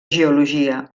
geologia